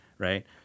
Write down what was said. Right